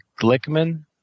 Glickman